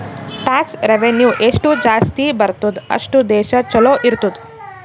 tax revenue ಎಷ್ಟು ಜಾಸ್ತಿ ಬರ್ತುದ್ ಅಷ್ಟು ದೇಶ ಛಲೋ ಇರ್ತುದ್